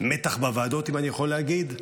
מתח בוועדות, אם אני יכול להגיד,